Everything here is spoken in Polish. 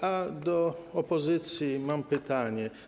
A do opozycji mam pytanie.